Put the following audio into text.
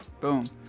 boom